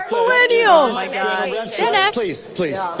millennials oh, my god xanax please, please,